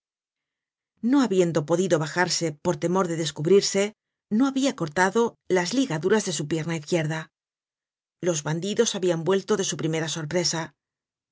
no habiendo podido bajarse por temor de descubrirse no habia cortado las ligaduras de su pierna izquierda los bandidos habian vuelto de su primera sorpresa